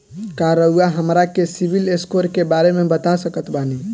का रउआ हमरा के सिबिल स्कोर के बारे में बता सकत बानी?